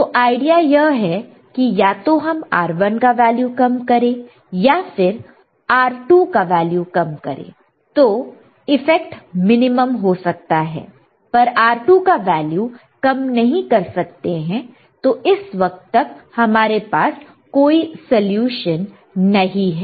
तो आईडिया यह है कि या तो हम R1 का वैल्यू कम करें या फिर R1 का वैल्यू कम करें तो इफेक्ट मिनिमम हो सकता है पर R2 का वैल्यू कम नहीं कर सकते हैं तो इस वक्त तक हमारे पास कोई सलूशन नहीं है